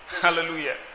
hallelujah